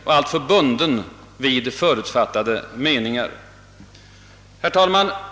och bunden vid förutfattade meningar. Herr talman!